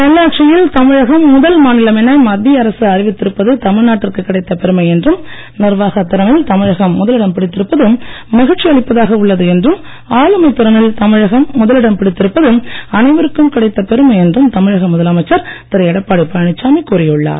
நல்லாட்சியில் தமிழகம் முதல் மாநிலம் என மத்திய அரசு அறிவித்திருப்பது தமிழ்நாட்டிற்கு கிடைத்த பெருமை என்றும் நிர்வாக திறனில் தமிழகம் முதலிடம் பிடித்திருப்பது மகிழ்ச்சியளிப்பதாக உள்ளது என்றும் முதலிடம் பிடித்திருப்பது அனைவருக்கும் கிடைத்த பெருமை என்றும் தமிழக முதலமைச்சர் திரு எடப்பாடி பழனிசாமி கூறியுள்ளார்